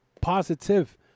positive